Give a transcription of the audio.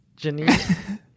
Janine